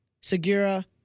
Segura